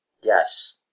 Yes